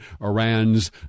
Iran's